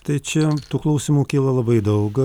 tai čia tų klausimų kyla labai daug